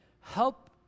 help